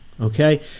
okay